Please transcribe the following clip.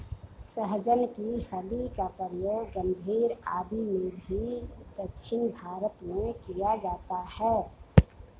सहजन की फली का प्रयोग सांभर आदि में भी दक्षिण भारत में किया जाता है